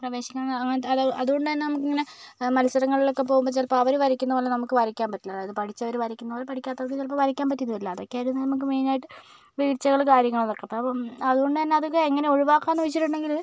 പ്രവേശിക്കണമെന്ന് അങ്ങനത്തെ അത് അത്കൊണ്ടന്നെ നമുക്കിങ്ങനെ മത്സരങ്ങളിലൊക്കെ പോവുമ്പം ചിലപ്പം അവര് വരയ്ക്കുന്ന പോലെ നമുക്ക് വരയ്ക്കാൻ പറ്റില്ല അതായത് പഠിച്ചവര് വരക്കുന്നതും പഠിക്കാത്തവര് ചിലപ്പോൾ വരയ്ക്കാൻ പറ്റി എന്ന് വരില്ല അതൊക്കെയാണ് നമുക്ക് മെയിനായിട്ട് വീഴ്ചകള് കാര്യങ്ങളൊക്കെ അപ്പം അതുകൊണ്ട് തന്നെ അതൊക്കെ എങ്ങനെ ഒഴിവാക്കാമെന്ന് ചോദിച്ചിട്ടുണ്ടെങ്കില്